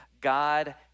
God